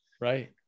Right